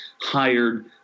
hired